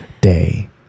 Day